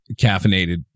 caffeinated